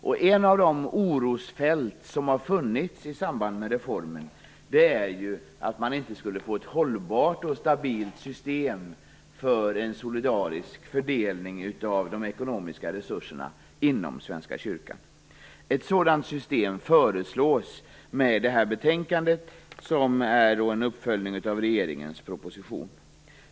Ett av de orosmoln som har funnits i samband med reformen gäller att man inte skulle få ett hållbart och stabilt system för en solidarisk fördelning av de ekonomiska resurserna inom Svenska kyrkan. Ett sådant system föreslås i och med betänkandet, som är en uppföljning av regeringens proposition.